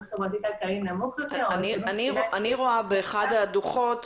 חברתי-כלכלי נמוך יותר --- אני רואה באחד הדוחות,